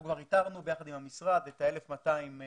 אנחנו כבר איתרנו יחד עם המשרד את 1,200 "מיטות"